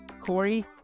Corey